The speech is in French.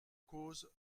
cause